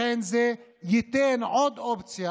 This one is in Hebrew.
לכן זה ייתן עוד אופציה,